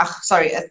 sorry